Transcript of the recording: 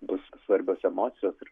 bus svarbios emocijos ir